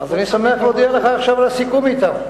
אז אני שמח להודיע לך עכשיו על סיכום אתם.